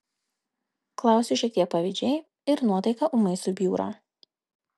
klausiu šiek tiek pavydžiai ir nuotaika ūmai subjūra